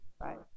right